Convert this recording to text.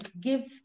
give